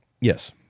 Yes